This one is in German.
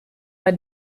bei